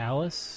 Alice